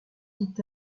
dit